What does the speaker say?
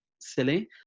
silly